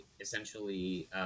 essentially